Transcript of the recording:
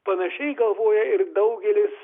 panašiai galvoja ir daugelis